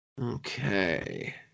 okay